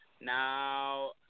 Now